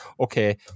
Okay